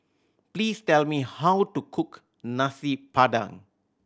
please tell me how to cook Nasi Padang